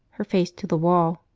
her face to the wall.